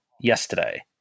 yesterday